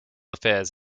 affairs